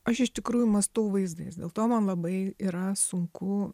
aš iš tikrųjų mąstau vaizdais dėl to man labai yra sunku